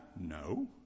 No